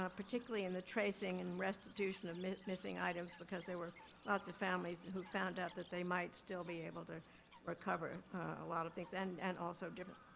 ah particularly in the tracing and restitution of missing items because there were lots of families who found out that they might still be able to recover a lot of things. and and also different,